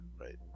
right